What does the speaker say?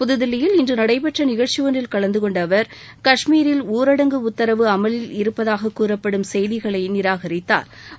புதுதில்லியில் இன்று நடைபெற்ற நிகழ்ச்சி ஒன்றில் கலந்துகொண்ட அவர் காஷ்மீரில் ஊரடங்கு உத்தரவு அமலில் இருப்பதாக கூறப்படும் செய்திகளை நிராகரித்தாா்